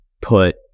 put